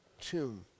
tomb